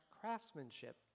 craftsmanship